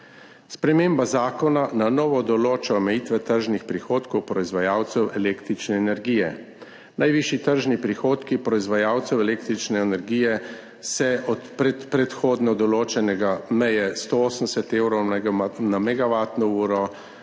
Sprememba zakona na novo določa omejitve tržnih prihodkov proizvajalcev električne energije. Najvišji tržni prihodki proizvajalcev električne energije se od predhodno določenega meje 180 evrov na megavatno uro